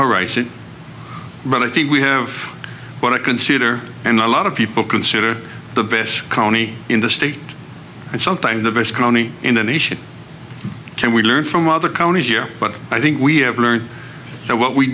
horizon but i think we have what i consider and a lot of people consider the best county in the state and sometimes the best county in the nation can we learn from other counties here but i think we have learned that what we